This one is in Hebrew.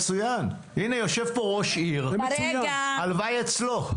הינה, יושב פה ראש עיר, הלוואי אצלו.